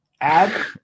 Add